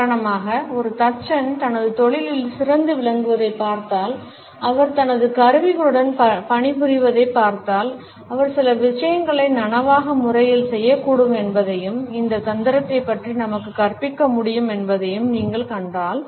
உதாரணமாக ஒரு தச்சன் தனது தொழிலில் சிறந்து விளங்குவதைப் பார்த்தால் அவர் தனது கருவிகளுடன் பணிபுரிவதைப் பார்த்தால் அவர் சில விஷயங்களை நனவான முறையில் செய்யக்கூடும் என்பதையும் இந்த தந்திரங்களைப் பற்றி நமக்குக் கற்பிக்க முடியும் என்பதையும் நீங்கள் கண்டால்